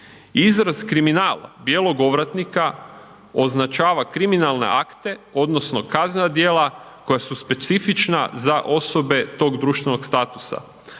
izraz kriminal bijelog ovratnika označava kriminalne akte odnosno kaznena djela koja su specifična za osobe tog društvenog statusa,